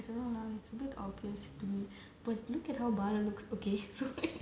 ya now it's a bit obvious to me but look at how bala look okay so